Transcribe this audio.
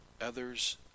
others